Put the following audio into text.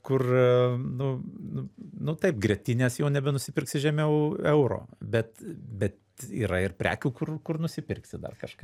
kur a nu nu nu taip grietinės jau nebenusipirksi žemiau euro bet bet yra ir prekių kur kur nusipirksi dar kažką